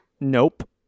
Nope